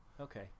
okay